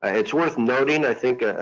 ah it's worth nothing, i think,